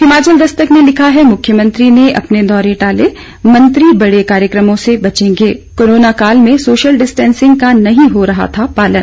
हिमाचल दस्तक ने लिखा है मुख्यमंत्री ने अपने दौरे टाले मंत्री बड़े कार्यक्रमों से बचेंगे कोरोना काल में सोशल डिस्टेंसिंग का नहीं हो रहा था पालन